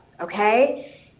okay